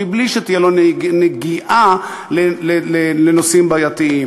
מבלי שתהיה לו נגיעה לנושאים בעייתיים.